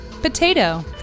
Potato